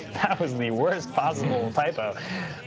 that was the worst possible typo.